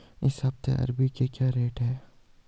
इस हफ्ते अरबी के क्या रेट हैं?